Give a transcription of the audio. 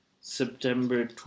September